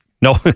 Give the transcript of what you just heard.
No